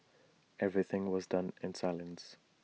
everything was done in silence